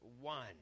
one